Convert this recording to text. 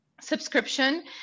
subscription